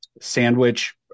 sandwich